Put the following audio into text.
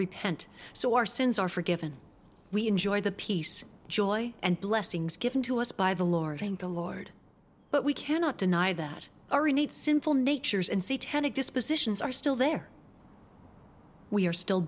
repent so our sins are forgiven we enjoy the peace joy and blessings given to us by the lord thank the lord but we cannot deny that our innate sinful natures and see tenet dispositions are still there we are still